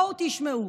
בואו תשמעו.